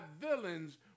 villains